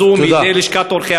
והוא נשאר שם במקומו,